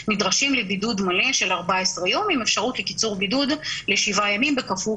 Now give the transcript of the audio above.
נדרש לבידוד מלא של 14 יום עם אפשרות לקיצור בידוד ל-7 ימים בכפוף